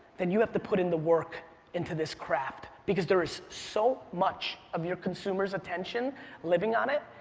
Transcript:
then you have to put in the work into this craft because there is so much of your consumer's attention living on it,